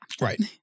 Right